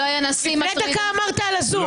אתה דיברת על ה-זום.